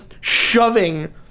shoving